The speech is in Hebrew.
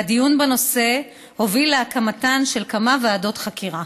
והדיון בנושא הוביל להקמתן של כמה ועדות חקירה: